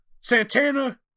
Santana